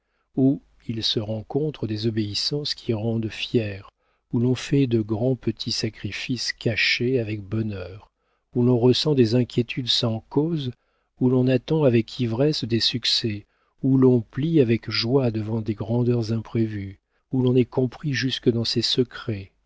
il se rencontre des obéissances qui rendent fière où l'on fait de grands petits sacrifices cachés avec bonheur où l'on ressent des inquiétudes sans cause où l'on attend avec ivresse des succès où l'on plie avec joie devant des grandeurs imprévues où l'on est compris jusque dans ses secrets